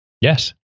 Yes